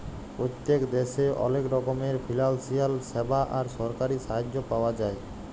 পত্তেক দ্যাশে অলেক রকমের ফিলালসিয়াল স্যাবা আর সরকারি সাহায্য পাওয়া যায়